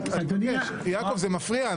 יעקב, זה מפריע.